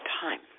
time